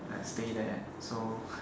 like stay there so